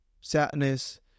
Sadness